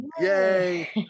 Yay